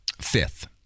fifth